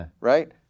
right